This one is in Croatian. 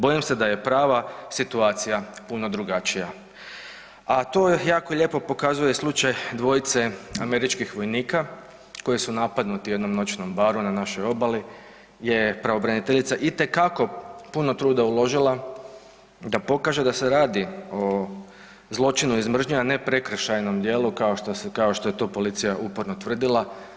Bojim se da je prava situacija puno drugačija, a to jako lijepo pokazuje slučaj dvojice američkih vojnika koji su napadnuti u jednom noćnom baru na našoj obali gdje je pravobraniteljica itekako puno truda uložila da pokaže da se radi o zločinu iz mržnje, a ne prekršajnom djelu kao što je to policija uporno tvrdila.